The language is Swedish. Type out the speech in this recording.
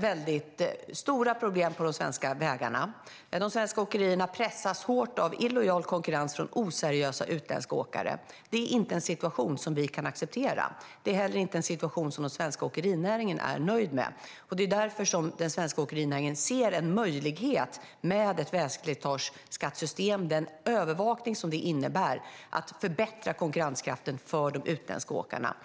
väldigt stora problem på de svenska vägarna. De svenska åkerierna pressas hårt av illojal konkurrens från oseriösa utländska åkare. Det är inte en situation som vi kan acceptera. Det är heller inte en situation som den svenska åkerinäringen är nöjd med. Det är därför som den svenska åkerinäringen ser en möjlighet med ett vägslitageskattesystem och den övervakning det innebär för att förbättra konkurrenskraften gentemot de utländska åkarna.